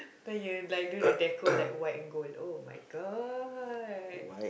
then you like do the deco like white and gold oh-my-god